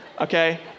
okay